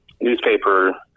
newspaper